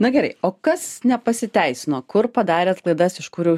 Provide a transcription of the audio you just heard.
na gerai o kas nepasiteisino kur padarėt klaidas iš kurių